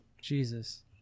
Jesus